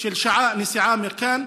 של שעה נסיעה מכאן,